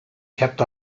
kept